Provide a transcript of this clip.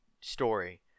story